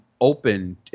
open